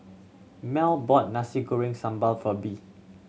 Mell bought Nasi Goreng Sambal for Bee